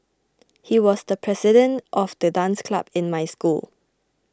he was the president of the dance club in my school